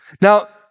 Now